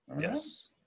Yes